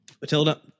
Matilda